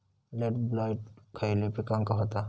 Late blight खयले पिकांका होता?